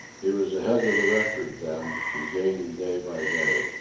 he was ahead of the record then, and gaining day by day.